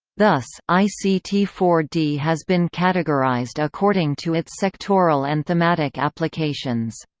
thus, i c t four d has been categorized according to its sectoral and thematic applications.